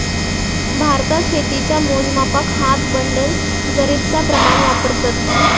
भारतात शेतीच्या मोजमापाक हात, बंडल, जरीबचा प्रमाण वापरतत